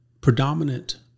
predominant